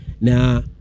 now